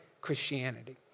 Christianity